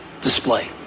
display